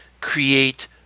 create